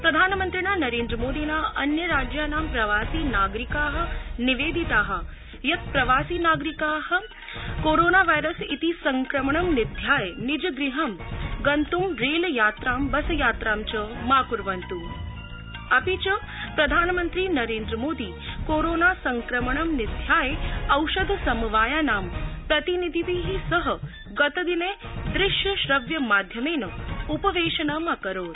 प्रधानमंत्रिणा नरेन्द्रमोदिना अन्य राज्याणां प्रवासि नागरिकाः निवेदिताः यत् सम्प्रति कोरोना वायरस इति संक्रमणं निध्याय निज गृहं गन्तुं रेलयात्रां बसयात्रां च मा कुर्वन्तु प्रधानमंत्री नरेन्द्रमोदी कोरोना संक्रमणं निध्याय औषध समवायानां प्रतिनिधिभिः सह गतदिने दृश्य श्रव्य माध्यमेन उपवेशनं अकरोत्